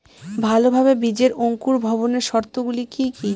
ভালোভাবে বীজের অঙ্কুর ভবনের শর্ত গুলি কি কি?